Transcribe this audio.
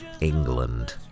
England